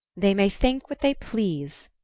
they may think what they please.